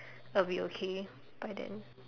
I will be okay by then